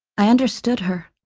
i understood her.